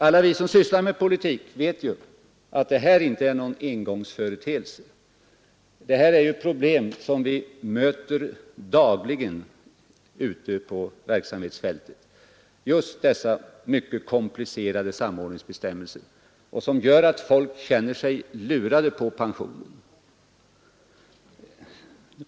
Alla vi som sysslar med politik vet att detta inte är någon engångsföreteelse utan problem, som vi dagligen möter ute på verksamhetsfältet. Just dessa mycket komplicerade samordningsbestämmelser gör att människor känner sig lurade på pensionen.